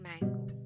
mango